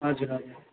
हजुर हजुर